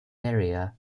area